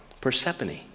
Persephone